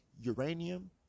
uranium